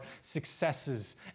successes